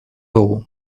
dugu